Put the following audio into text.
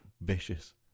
vicious